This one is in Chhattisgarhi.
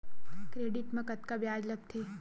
क्रेडिट मा कतका ब्याज लगथे?